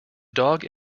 dog